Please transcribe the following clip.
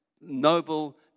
noble